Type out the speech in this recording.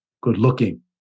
good-looking